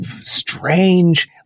strange